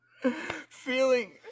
feeling